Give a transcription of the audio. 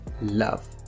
love